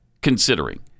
considering